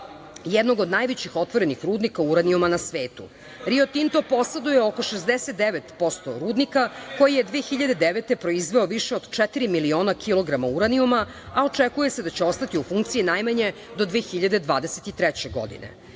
jednog od najvećih otvorenih rudnika uranijuma na svetu. Rio Tinto poseduje oko 69% rudnika koji je 2009. godine proizveo više od četiri miliona kilograma uranijuma, a očekuje se da će ostati u funkciji najmanje do 2023. godine. Godine